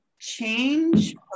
change